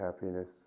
happiness